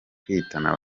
kwitana